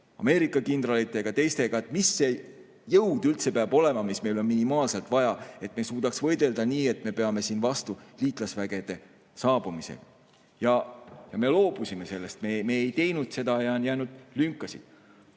Ameerika kindralitega ja ka teistega, et mis see jõud üldse peab olema, mis meil on minimaalselt vaja, et me suudaksime võidelda, et me peame siin vastu liitlasvägede saabumiseni. Aga me loobusime sellest, me ei teinud seda ja nüüd on jäänud lünkasid.